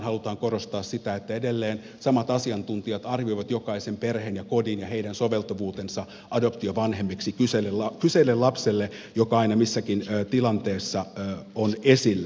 haluamme korostaa sitä että edelleen samat asiantuntijat arvioivat jokaisen perheen ja kodin ja heidän soveltuvuutensa adoptiovanhemmiksi sille kyseiselle lapselle joka aina missäkin tilanteessa on esillä